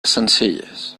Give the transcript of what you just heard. sencelles